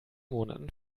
monaten